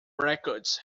records